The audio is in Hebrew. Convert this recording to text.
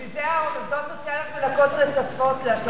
בשביל זה העובדות הסוציאליות מנקות רצפות להשלמת הכנסה.